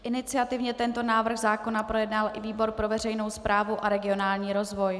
Iniciativně tento návrh projednal i výbor pro veřejnou správu a regionální rozvoj.